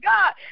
God